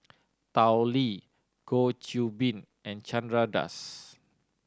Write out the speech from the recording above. Tao Li Goh Qiu Bin and Chandra Das